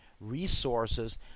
resources